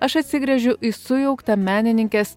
aš atsigręžiu į sujauktą menininkės